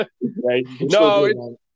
No